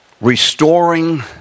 restoring